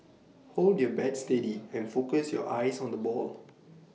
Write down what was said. hold your bat steady and focus your eyes on the ball